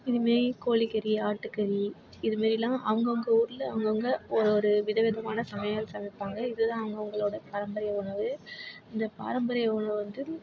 இதுமாரி கோழிக்கறி ஆட்டுக்கறி இதுமாரிலாம் அவங்கவங்க ஊரில் அவங்கவுங்க ஒரு ஒரு விதவிதமான சமையல் சமைப்பாங்க இது தான் அவங்கவுங்களோட பாரம்பரிய உணவு இந்த பாரம்பரிய உணவு வந்து